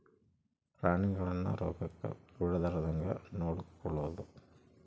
ಪ್ರಾಣಿಗಳನ್ನ ರೋಗಕ್ಕ ಬಿಳಾರ್ದಂಗ ನೊಡಕೊಳದು